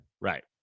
right